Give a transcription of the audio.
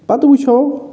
پتہٕ وٕچھَو